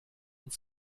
und